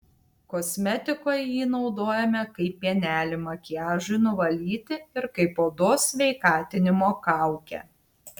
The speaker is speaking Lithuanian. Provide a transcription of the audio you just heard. kosmetikoje jį naudojame kaip pienelį makiažui nuvalyti ir kaip odos sveikatinimo kaukę